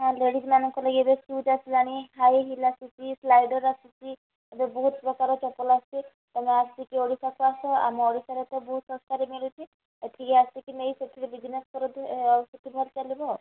ହଁ ଲେଡ଼ିଜମାନଙ୍କ ଲାଗି ଏବେ ସୁଜ ଆସିଲାଣି ହାଇ ହିଲ୍ ଆସୁଛି ସ୍ଲାଇଡ଼ର ଆସୁଚି ଏବେ ବହୁତ ପ୍ରକାର ଚପଲ ଆସିଛି ତେଣୁ ଆସିକି ଓଡ଼ିଶାକୁ ଆସ ଆମ ଓଡ଼ିଶାରେ ତ ବହୁତ ଶସ୍ତାରେ ମିଲୁଛି ଏଠିକି ଆସିକି ନେଇ ସେଥିରେ ବିଜିନେସ୍ କରନ୍ତୁ ଚାଲିବ ଆଉ